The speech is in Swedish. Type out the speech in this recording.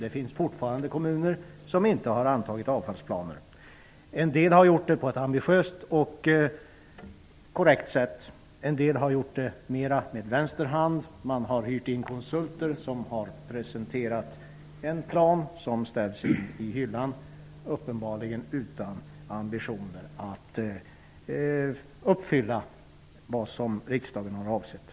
Det finns fortfarande kommuner som inte har antagit avfallsplaner. En del har gjort det på ett ambitiöst och korrekt sätt. En del har gjort det mera med vänster hand. Man har hyrt in konsulter som har presenterat en plan som har ställts i hyllan, uppenbarligen utan ambitioner att uppfylla det som riksdagen har avsett.